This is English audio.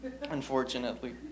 unfortunately